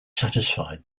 satisfied